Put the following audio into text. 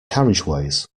carriageways